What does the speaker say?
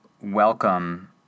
welcome